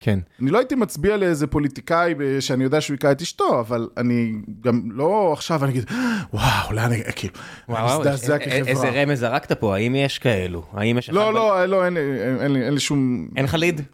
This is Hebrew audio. כן. אני לא הייתי מצביע לאיזה פוליטיקאי שאני יודע שהוא הכה את אשתו, אבל אני גם לא עכשיו אני אגיד וואו, אולי אני כאילו, וואו, איזה רמז זרקת פה, האם יש כאלו? לא, לא, אין לי שום... אין לך ליד?